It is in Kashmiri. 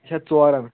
اچھا ژورَن